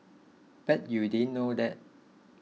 bet you didn't know that